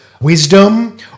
wisdom